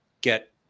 get